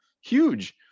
Huge